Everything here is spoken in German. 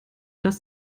dass